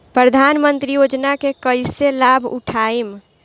प्रधानमंत्री योजना के कईसे लाभ उठाईम?